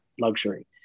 luxury